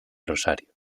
rosario